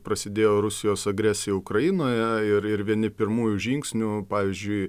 prasidėjo rusijos agresija ukrainoje ir ir vieni pirmųjų žingsnių pavyzdžiui